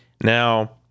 Now